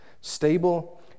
stable